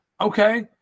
Okay